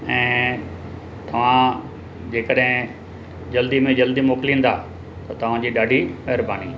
ऐं तव्हां जेकॾहिं जल्दी में जल्दी मोकिलींदा त तव्हांजी ॾाढी महिरबानी